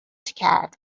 کرد